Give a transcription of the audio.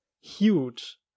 huge